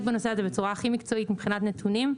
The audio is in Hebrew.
בנושא הזה בצורה הכי מקצועית מבחינת נתונים.